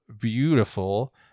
beautiful